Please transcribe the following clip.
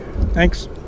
Thanks